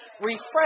Refresh